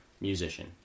Musician